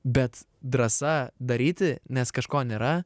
bet drąsa daryti nes kažko nėra